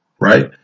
Right